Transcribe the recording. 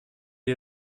est